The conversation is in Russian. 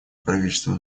правительству